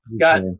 Got